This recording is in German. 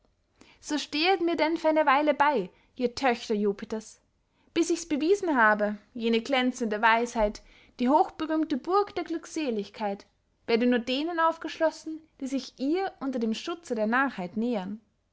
so stehet mir denn für eine weile bey ihr töchter jupiters bis ichs bewiesen habe jene glänzende weisheit die hochberühmte burg der glückseligkeit werde nur denen aufgeschlossen die sich ihr unter dem schutze der narrheit näheren